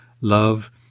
love